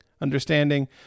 understanding